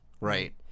Right